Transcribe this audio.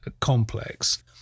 complex